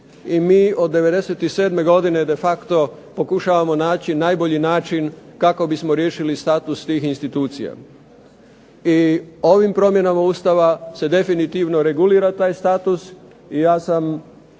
i mi od '97. godine de facto pokušavamo naći najbolji način kako bismo riješili status tih institucija. I ovim promjenama Ustava se definitivno regulira taj status i ja sam